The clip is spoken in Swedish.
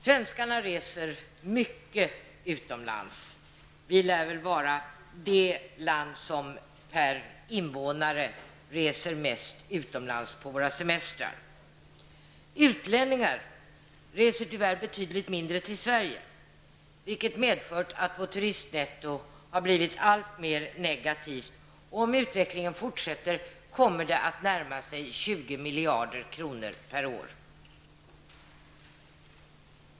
Svenskarna reser mycket utomlands; Sverige lär vara det land i vilket man per innevånare reser mest utomlands på semestern. Utlänningar reser tyvärr betydligt mindre till Sverige, vilket har medfört att vårt turistnetto har blivit alltmer negativt. Om utvecklingen fortsätter kommer det att närma sig 20 miljarder kronor per år.